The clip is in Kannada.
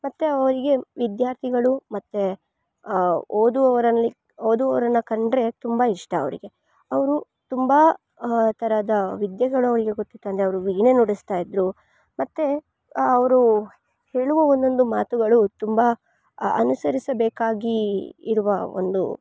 ಮತ್ತು ಅವರಿಗೆ ವಿದ್ಯಾರ್ಥಿಗಳು ಮತ್ತು ಓದುವವರಲ್ಲಿ ಓದುವವರನ್ನ ಕಂಡರೆ ತುಂಬ ಇಷ್ಟ ಅವರಿಗೆ ಅವರು ತುಂಬ ಥರದ ವಿದ್ಯೆಗಳು ಅವರಿಗೆ ಗೊತ್ತಿತ್ತಂದೆ ಅವ್ರು ವೀಣೆ ನುಡಿಸ್ತಾ ಇದ್ರು ಮತ್ತು ಅವರು ಹೇಳುವ ಒಂದೊಂದು ಮಾತುಗಳು ತುಂಬ ಅನುಸರಿಸಬೇಕಾಗಿ ಇರುವ ಒಂದು